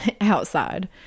outside